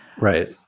right